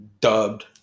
dubbed